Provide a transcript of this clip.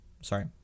Sorry